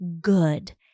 good